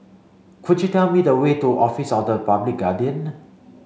could you tell me the way to Office of the Public Guardian